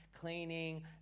cleaning